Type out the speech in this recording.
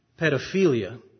Pedophilia